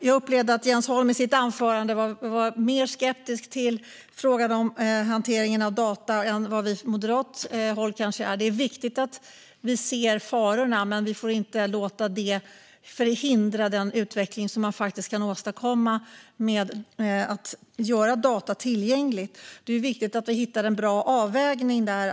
Jag upplevde att Jens Holm i sitt anförande var mer skeptisk till frågan om hanteringen av data än vad vi från moderat håll kanske är. Det är viktigt att vi ser farorna, men vi får inte låta det förhindra den utveckling som man faktiskt kan åstadkomma med att tillgängliggöra data. Det är viktigt att vi hittar en bra avvägning där.